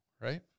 right